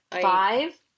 Five